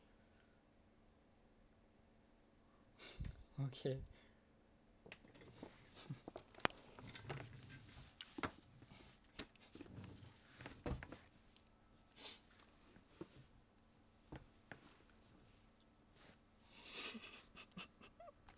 okay